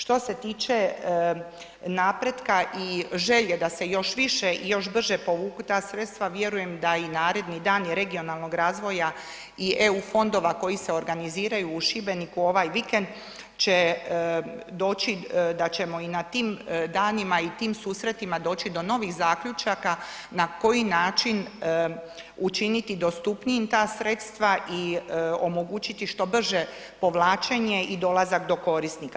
Što se tiče napretka i želje da se još više i još brže povuku ta sredstva, vjerujem da i naredni dani regionalnog razvoja i EU fondova koji se organiziraju u Šibeniku ovaj vikend će doći da ćemo i na tim danima i tim susretima doći do novih zaključaka na koji način učiniti dostupnijim ta sredstva i omogućiti što brže povlačenje i dolazak do korisnika.